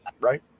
right